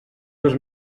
dos